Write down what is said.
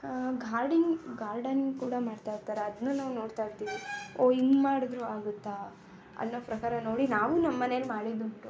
guarding garden ಕೂಡ ಮಾಡ್ತಾಯಿರ್ತಾರೆ ಅದನ್ನು ನಾವು ನೋಡ್ತಾಯಿರ್ತೀವಿ ಓ ಹಿಂಗೆ ಮಾಡಿದ್ರು ಆಗುತ್ತಾ ಅನ್ನೋ ಪ್ರಕಾರ ನೋಡಿ ನಾವು ನಮ್ಮ ಮನೆಲಿ ಮಾಡಿದ್ದುಂಟು